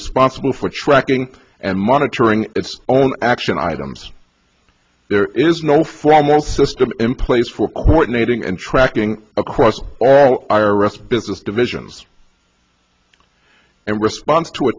responsible for tracking and monitoring its own action items there is no formal system in place for courtenay ting and tracking across all iris business divisions and responds to a